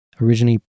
originally